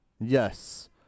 yes